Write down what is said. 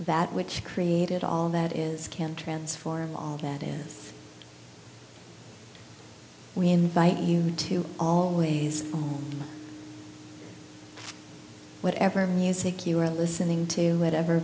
that which created all that is can transform all that is we invite you to all ways whatever music you are listening to whatever